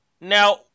Now